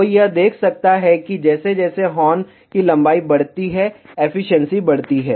कोई यह देख सकता है कि जैसे जैसे हॉर्न की लंबाई बढ़ती है एफिशिएंसी बढ़ती है